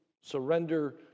surrender